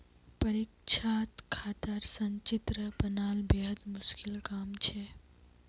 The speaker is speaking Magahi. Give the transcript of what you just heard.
परीक्षात खातार संचित्र बनाना बेहद मुश्किल काम छ